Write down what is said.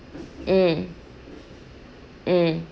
mm mm